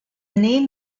name